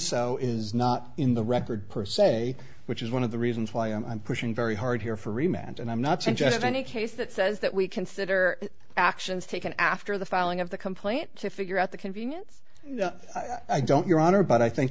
so is not in the record per se which is one of the reasons why i'm pushing very hard here for a man and i'm not suggesting any case that says that we consider actions taken after the filing of the complaint to figure out the convenience i don't your honor but i think